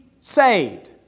saved